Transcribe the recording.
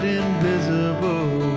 invisible